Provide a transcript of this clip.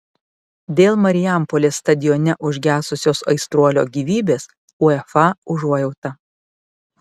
dėl marijampolės stadione užgesusios aistruolio gyvybės uefa užuojauta